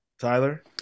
Tyler